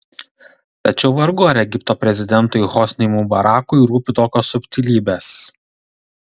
tačiau vargu ar egipto prezidentui hosniui mubarakui rūpi tokios subtilybės